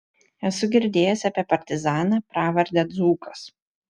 esu girdėjęs apie partizaną pravarde dzūkas